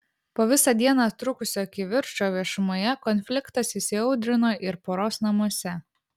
po visą dieną trukusio kivirčo viešumoje konfliktas įsiaudrino ir poros namuose